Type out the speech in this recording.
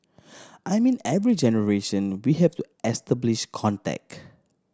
I mean every generation we have to establish contact